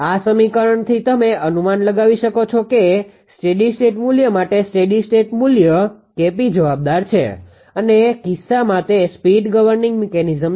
આ સમીકરણથી તમે અનુમાન લગાવી શકો છો કે સ્ટેડી સ્ટેટ મૂલ્યો માટે સ્ટેડી સ્ટેટ મૂલ્ય 𝐾𝑝 જવાબદાર છે અને આ કિસ્સામાં તે સ્પીડ ગવર્નીંગ મીકેનીઝમ છે